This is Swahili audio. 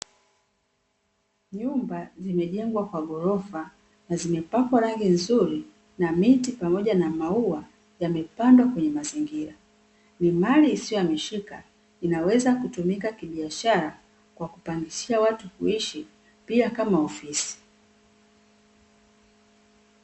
Nyumba zimejengwa kwa ghorofa na zimepakwa kwa rangi nzuri, na miti pamoja na maua yamepandwa kwenye mazingira. Ni mali isiyohamishika, inaweza kutumika kibiashara kwa kupangishia watu kuishi, pia kama ofisi.